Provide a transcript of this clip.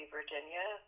Virginia